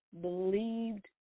believed